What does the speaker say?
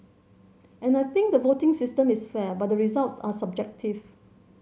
and I think the voting system is fair but the results are subjective